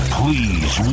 please